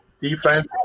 defense